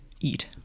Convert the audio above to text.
eat